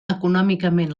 econòmicament